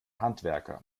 handwerker